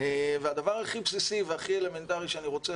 הדבר הכי בסיסי והכי אלמנטרי שאני רוצה